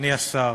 אדוני השר,